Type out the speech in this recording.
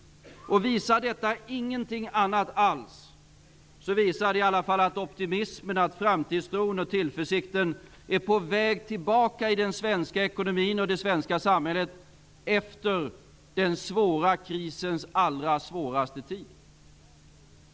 Visar detta ingenting annat alls, visar det i alla fall att optimismen, framtidstron och tillförsikten är på väg tillbaka i den svenska ekonomin och i det svenska samhället efter den svåra krisens allra svåraste tid.